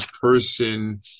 person